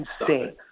insane